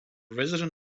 resident